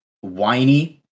whiny